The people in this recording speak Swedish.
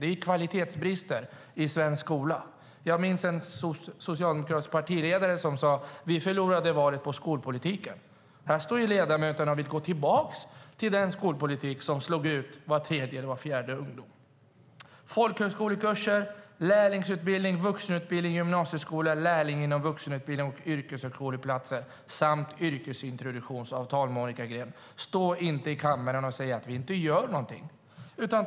Det är kvalitetsbrister i svensk skola. Jag minns en socialdemokratisk partiledare som sade: Vi förlorade valet på skolpolitiken. Här står nu ledamöter och vill gå tillbaka till den skolpolitik som slog ut var tredje eller var fjärde ungdom. Folkhögskolekurser, lärlingsutbildning, vuxenutbildning, gymnasieskola, lärling inom vuxenutbildning och yrkeshögskoleplatser samt yrkesintroduktion är vad det handlar om, Monica Green. Stå inte i kammaren och säg att vi inte gör något!